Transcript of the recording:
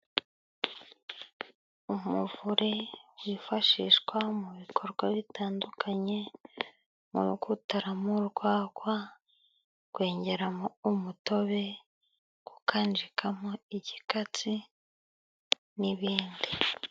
Umuvure wifashishwa mu bikorwa bitandukanye, nko gutaramo urwagwa, kwengeramo umutobe, gukanjikamo ikikatsi n'ibindi.